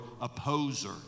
opposer